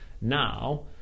now